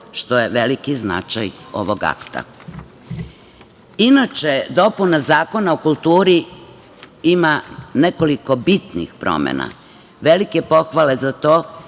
što je veliki značaj ovog akta. Inače, dopuna Zakona o kultura ima nekoliko bitnih promena. Velike pohvale za to